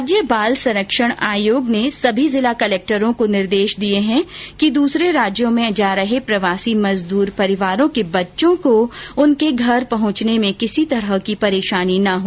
राज्य बाल अधिकार संरक्षण आयोग ने सभी जिला कलेक्टरों को निर्देश दिए है कि दूसरे राज्यों में जा रहे प्रवासी मजदूर परिवारों के बच्चों को उनके घर पहुंचने में किसी तरह की परेशानी न हो